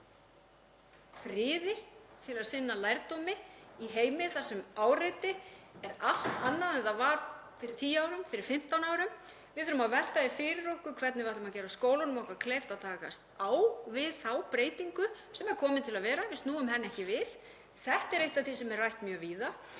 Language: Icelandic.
friði til að sinna lærdómi í heimi þar sem áreiti er allt annað en það var fyrir tíu árum, fyrir 15 árum. Við þurfum að velta því fyrir okkur hvernig við ætlum að gera skólunum okkar kleift að takast á við þá breytingu sem er komin til að vera, við snúum henni ekki við. Þetta er eitt af því sem er rætt mjög víða